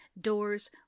doors